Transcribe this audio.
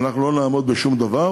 אנחנו לא נעמוד בשום דבר.